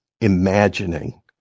imagining